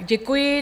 Děkuji.